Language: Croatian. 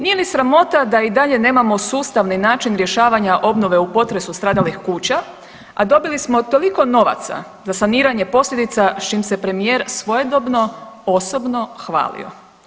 Nije li sramota da i dalje nemamo sustavni način rješavanja obnove u potresu stradalih kuća, a dobili smo toliko novaca za saniranje posljedica, s čim se premijer svojedobno osobno hvalio.